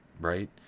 right